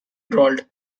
drawled